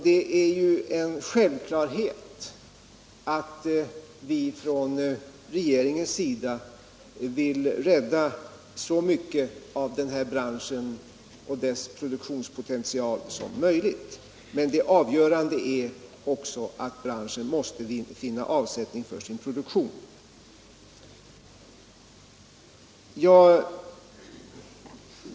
Det är en självklarthet att regeringen vill rädda så mycket av denna bransch och dess produktionspotential som möjligt. Men det avgörande är att branschen måste finna avsättning för sin produktion.